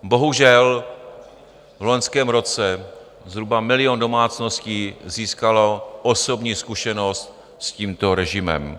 Bohužel, v loňském roce zhruba milion domácností získalo osobní zkušenost s tímto režimem.